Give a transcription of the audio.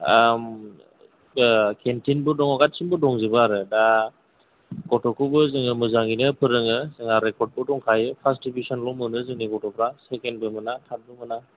केन्टिनबो दं गासैबो दंजोबो आरो दा गथ'खौबो जोङो मोजाङैनो फोरोङो जोंहा रेकर्डबो दंखायो फार्स्ट डिभिजनल' मोनो जोंनि गथ'फ्रा सेकेन्डबो मोना थार्डबो मोना